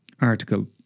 article